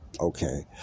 Okay